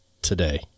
today